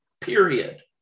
period